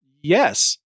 yes